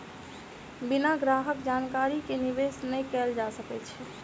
बिना ग्राहक जानकारी के निवेश नै कयल जा सकै छै